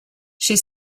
she